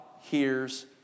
hears